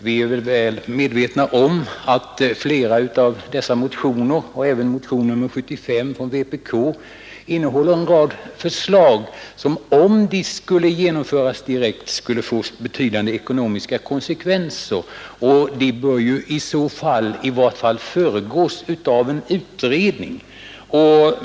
Vi är väl medvetna om att flera av dessa motioner — även motionen 75 från vänsterpartiet kommunisterna — innehåller en rad förslag som skulle få betydande ekonomiska konsekvenser om de genomfördes direkt. Sådana åtgärder bör därför i varje fall föregås av en utredning.